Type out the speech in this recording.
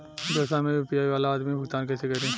व्यवसाय में यू.पी.आई वाला आदमी भुगतान कइसे करीं?